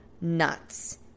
nuts